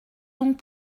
donc